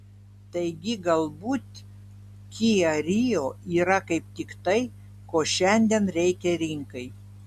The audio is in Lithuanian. taigi galbūt kia rio yra kaip tik tai ko šiandien reikia rinkai